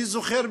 אני זוכר,